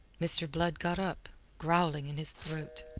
mr. blood got up, growling in his throat.